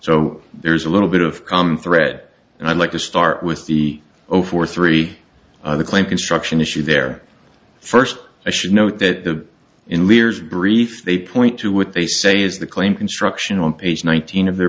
so there's a little bit of common thread and i'd like to start with the over four three the claim construction issue there first i should note that the in leaders brief they point to what they say is the claim construction on page one thousand of their